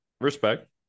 respect